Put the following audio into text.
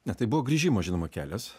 ne tai buvo grįžimo žinoma kelias